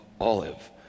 olive